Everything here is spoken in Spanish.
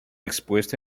expuesta